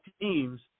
teams